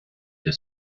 der